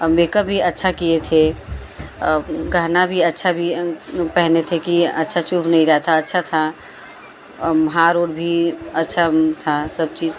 और मेकअप भी अच्छा किए थे गहेना भी अच्छा भी पहने थे कि अच्छा चुभ नहीं रहा था अच्छा था हार और भी अच्छा था सब चीज